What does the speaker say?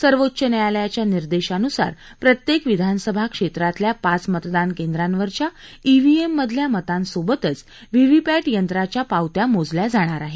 सर्वोच्च न्यायालयाच्या निर्देशानुसार प्रत्येक विधानसभा क्षेत्रातल्या पाच मतदान केंद्रांवरच्या ईव्हीएममधल्या मतांसोबतच व्हीव्हीपॅट यंत्रांच्या पावत्या मोजल्या जाणार आहेत